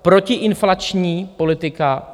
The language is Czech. Protiinflační politika.